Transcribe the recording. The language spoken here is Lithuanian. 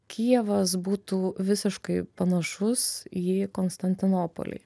kijevas būtų visiškai panašus į konstantinopolį